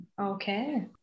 Okay